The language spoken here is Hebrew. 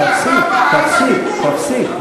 תפסיק, תפסיק, תפסיק.